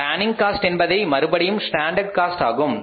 planning cost என்பது மறுபடியும் standard cost ஆகும்